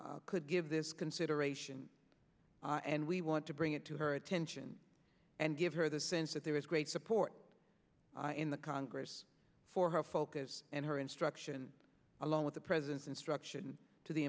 herself could give this consideration and we want to bring it to her attention and give her the sense that there is great support in the congress for her focus and her instruction along with the president's instruction to the